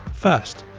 first.